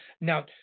Now